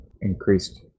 increased